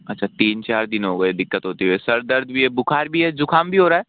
अच्छा तीन चार दिन हो गए दिक्कत होते हुए सर दर्द भी है बुखार भी है जुकाम भी हो रहा है